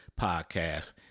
podcast